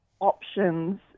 options